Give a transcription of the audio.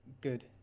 good